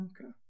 Okay